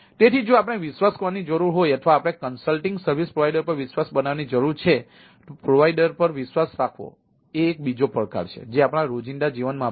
તેથી જો આપણે વિશ્વાસ કરવાની જરૂર હોય અથવા આપણે કન્સલ્ટિંગ સર્વિસ પ્રોવાઇડર પર વિશ્વાસ બનાવવાની જરૂર છે તો પ્રોવાઇડર પર વિશ્વાસ રાખવો એ એક બીજો પડકાર છે જે આપણા રોજિંદા જીવનમાં પણ છે